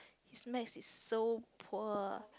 his mathematics is so poor